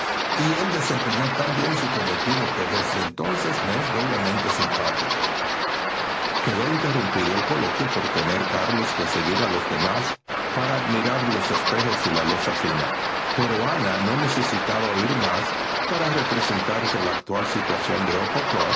y él desempeñó tan bien su cometido que desde entonces me es doblemente simpático quedó interrumpido el coloquio por tener carlos que seguir a los demás para admirar los espejos y la loza fina pero ana no necesitaba oír más para representarse la actual situación de